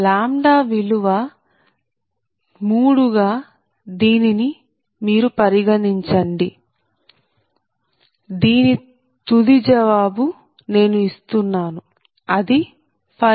λ విలువ 3 గా దీనిని మీరు గణించండి దీని తుది జవాబు నేను ఇస్తున్నాను అది 5